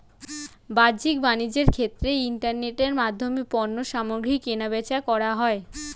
বাহ্যিক বাণিজ্যের ক্ষেত্রে ইন্টারনেটের মাধ্যমে পণ্যসামগ্রী কেনাবেচা করা হয়